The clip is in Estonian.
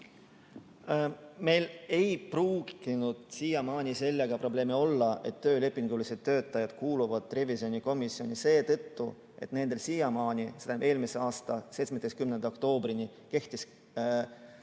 Meil ei pruukinud siiamaani sellega probleeme olla, et töölepingulised töötajad kuuluvad revisjonikomisjoni. Seda seetõttu, et siiamaani, st eelmise aasta 17. oktoobrini kehtis neile